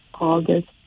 August